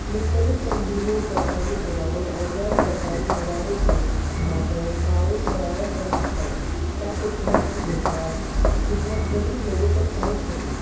مختلف تنظیموں سرکاری اداروں اور غیرسرکاری اداروں کے مابین تعاون بڑھایا جا سکتا ہے تاکہ صحت کی دیکھ بھال کی خدمت غریب لوگوں تک پہنچ سکے